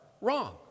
wrong